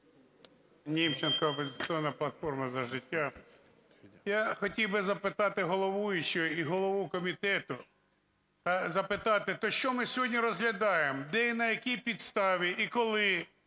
Німченко "Опозиційна платформа – За життя". Я хотів би запитати головуючого і голову комітету, запитати: так що ми сьогодні розглядаємо? Де і на якій підставі, і коли